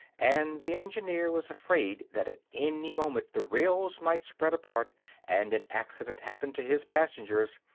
and the engineer was afraid that at any moment the rails might spread apart and an accident happen to his passengers.